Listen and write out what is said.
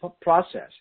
process